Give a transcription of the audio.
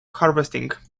harvesting